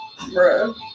Bruh